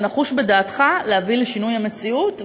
ונחוש בדעתך להביא לשינוי המציאות.